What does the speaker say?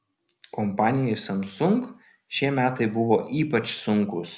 kompanijai samsung šie metai buvo ypač sunkūs